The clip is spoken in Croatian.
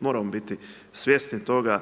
Moramo biti svjesni toga